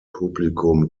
publikum